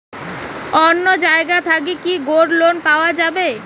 অন্য জায়গা থাকি কি গোল্ড লোন পাওয়া যাবে?